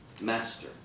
master